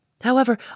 However